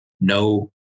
no